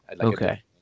Okay